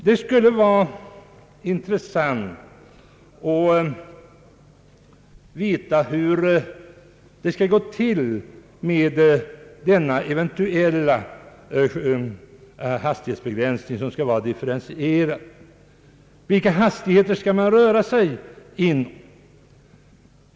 Det skulle vara intressant att få veta hur en eventuell hastighetsbegränsning med differentierade hastigheter skall genomföras. Vilka hastigheter skall det röra sig om?